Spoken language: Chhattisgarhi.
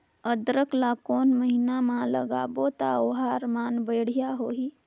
अदरक ला कोन महीना मा लगाबो ता ओहार मान बेडिया होही?